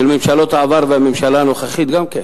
ממשלות העבר והממשלה הנוכחית גם כן,